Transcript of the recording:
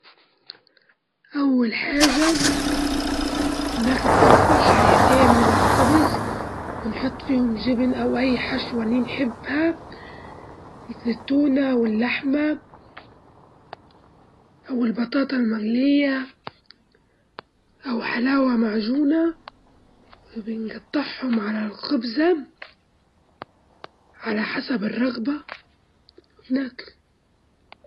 أني إذا تفرغت الأسبوع لمدة أسبوع أول أول يوم بيكون للعائلة أو مع صحباتي، وثاني يوم نسافر لمكان هادي ونجضي يومين اهناك ونستجم وباجي الأيام ونخصص وقت للقراءة والتعلم، أو حتى نتعلم حاجة جديدة، ممكن نشارك في نشاط رياضي.